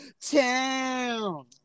town